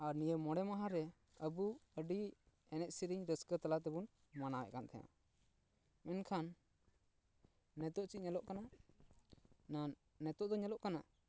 ᱟᱨ ᱱᱤᱭᱟᱹ ᱢᱚᱬᱮ ᱢᱟᱦᱟ ᱨᱮ ᱟᱵᱚ ᱟᱹᱰᱤ ᱮᱱᱮᱡ ᱥᱮᱨᱮᱧ ᱨᱟᱹᱥᱠᱟᱹ ᱛᱟᱞᱟ ᱛᱮᱵᱚᱱ ᱢᱟᱱᱟᱣ ᱮᱫ ᱠᱟᱱ ᱛᱟᱦᱮᱸᱱᱟ ᱢᱮᱱᱠᱷᱟᱱ ᱱᱤᱛᱳᱜ ᱪᱮᱫ ᱧᱮᱞᱚᱜ ᱠᱟᱱᱟ ᱱᱤᱛᱳᱜ ᱫᱚ ᱧᱮᱞᱚᱜ ᱠᱟᱱᱟ